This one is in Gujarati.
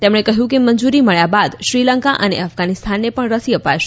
તેમણે કહયું કે મંજુરી મળ્યા બાદ શ્રીલંકા અને અફઘાનીસ્તાનને ણ રસી અ ાશે